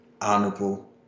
honorable